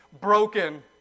broken